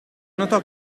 notò